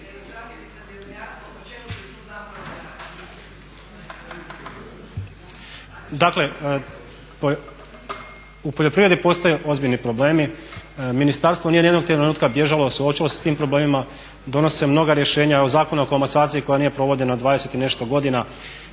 u poljoprivredi postoje ozbiljni problemi, ministarstvo nije ni jednog trenutka bježalo, suočilo se s tim problemima, donose mnoga rješenja, evo Zakon o komasaciji koja nije provođena dvadeset i nešto godina.